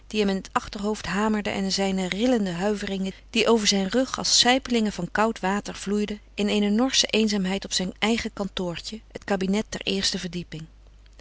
in het achterhoofd hamerde en zijne rillende huiveringen die over zijn rug als sijpelingen van koud water vloeiden in eene norsche eenzaamheid op zijn eigen kantoortje het kabinet der eerste verdieping